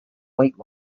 weight